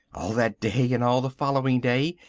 all that day and all the following day,